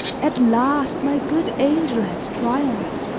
at last, my good angel had triumphed,